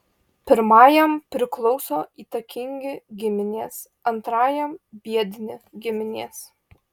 pirmajam priklauso įtakingi giminės antrajam biedni giminės